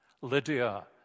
Lydia